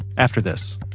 after this